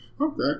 Okay